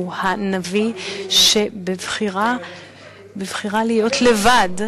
הוא הנביא שבבחירה להיות לבד עבר,